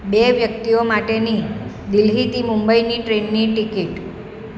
બે વ્યક્તિઓ માટેની દિલ્હીથી મુંબઇની ટ્રેનની ટિકિટ